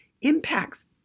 impacts